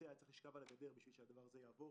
צריך לשכב על הגדר בשביל שהדבר הזה יעבור,